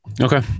Okay